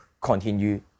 continue